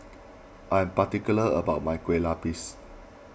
I am particular about my Kueh Lapis